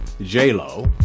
J-Lo